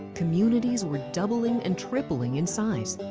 communities were doubling and tripling in size.